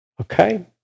Okay